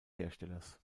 herstellers